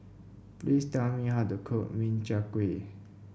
please tell me how to cook Min Chiang Kueh